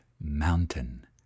Mountain